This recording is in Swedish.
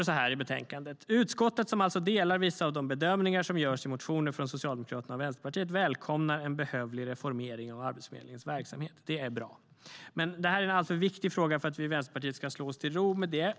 Det står i betänkandet: "Utskottet" - som alltså delar vissa av de bedömningar som görs i motionen från Socialdemokraterna och Vänsterpartiet - "välkomnar en behövlig reformering av Arbetsförmedlingens verksamhet." Det är bra. Men detta är en alltför viktig fråga för att vi i Vänsterpartiet ska slå oss till ro med det.